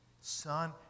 Son